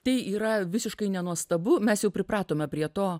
tai yra visiškai nenuostabu mes jau pripratome prie to